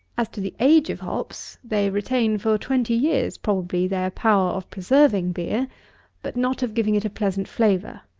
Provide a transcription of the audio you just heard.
as to the age of hops, they retain for twenty years, probably, their power of preserving beer but not of giving it a pleasant flavour.